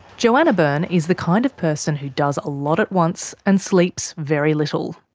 johanna byrne is the kind of person who does a lot at once and sleeps very little.